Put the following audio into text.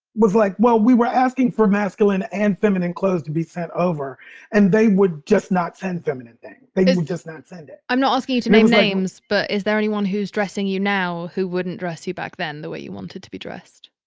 was like, well, we were asking for masculine and feminine clothes to be sent over and they would just not send feminine thing. they didn't just not send it i'm not asking you to name names, but is there anyone who's dressing you now who wouldn't dress you back then the way you wanted to be dressed?